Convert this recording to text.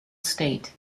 state